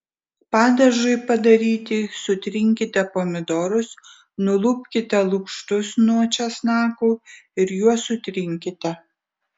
padažui padaryti sutrinkite pomidorus nulupkite lukštus nuo česnakų ir juos sutrinkite